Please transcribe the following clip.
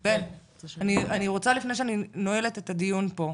אני רוצה לפני שאני נועלת את הדיון פה.